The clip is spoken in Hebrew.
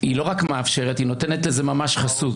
היא לא רק מאפשרת, היא נותנת לזה ממש חסות.